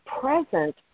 present